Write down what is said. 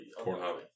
Pornhub